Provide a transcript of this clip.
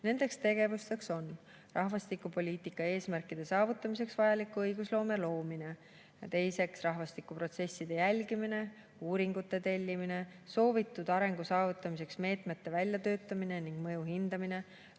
Need tegevused on rahvastikupoliitika eesmärkide saavutamiseks vajaliku õigusloome loomine; teiseks, rahvastikuprotsesside jälgimine, uuringute tellimine, soovitud arengu saavutamiseks meetmete väljatöötamine ning mõju hindamine;